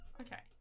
Okay